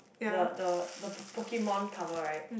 the the the po~ Pokemon cover right